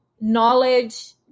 knowledge